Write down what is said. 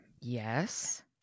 Yes